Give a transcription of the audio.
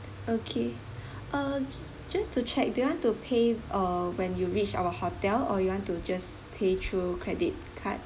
okay uh just to check do you want to pay uh when you reach our hotel or you want to just pay through credit card